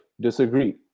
disagree